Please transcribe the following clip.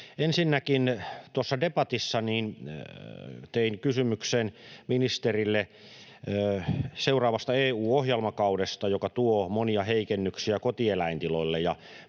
Ensinnäkin debatissa tein kysymyksen ministerille seuraavasta EU-ohjelmakaudesta, joka tuo monia heikennyksiä kotieläintiloille,